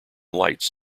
lights